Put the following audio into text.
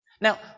Now